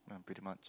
ya pretty much